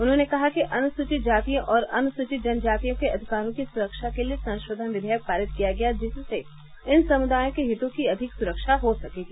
उन्होंने कहा कि अनुसुचित जातियों और अनुसुचित जनजातियों के अधिकारों की सुरक्षा के लिए संशोधन विधेयक पारित किया गया जिससे इन समुदायों के हितों की अधिक सुरक्षा हो सकेगी